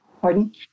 Pardon